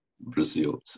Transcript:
Brazil